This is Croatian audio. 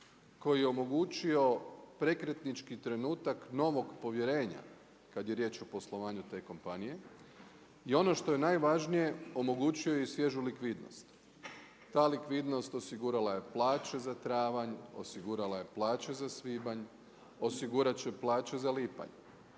koji je omogućio prekretnički trenutak novog povjerenja, kada je riječ o poslovanju te kompanije i ono što je najvažnije, omogućuje i svježu likvidnost. Ta likvidnost osigurala je plaće za travanj, osigurala je plaće za svibanj, osigurat će plaće za lipanj.